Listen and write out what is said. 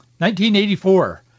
1984